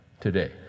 today